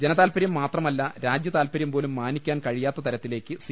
ജനതാൽപ്പര്യം മാത്രമല്ല രാജ്യതാൽപ്പര്യം പോലും മാനിക്കാൻ കഴിയാത്തത്തിലേക്ക് സി